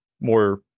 more